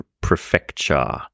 Prefecture